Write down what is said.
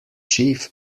chief